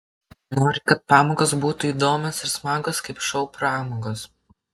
nori kad pamokos būtų įdomios ir smagios kaip šou programos